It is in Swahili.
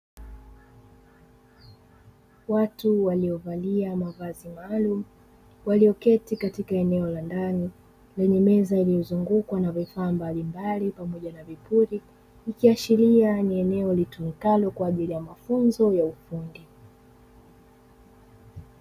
Watu waliovalia mavazi maalumu walioketi katika eneo la ndani lenye meza iliyozungukwa na vifaa mbalimbali pamoja na vipuli, ikiashiria ni eneo litumikalo kwa ajili ya mafunzo ya ufundi.